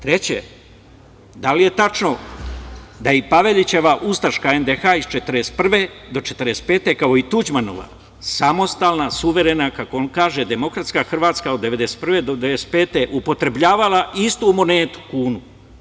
Treće, da li je tačno da je i Pavelićeva ustaška NDH iz 1941. do 1945. godine, kao i Tuđmanova, samostalna, suverena, kako on kaže, demokratska Hrvatska od 1991. do 1995. godine upotrebljavala istu monetu – kunu?